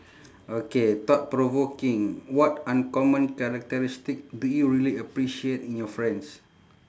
okay thought provoking what uncommon characteristic do you really appreciate in your friends